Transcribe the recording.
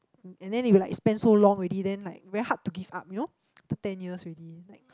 um and then they be like spend so long already then like very hard to give up you know ten years already like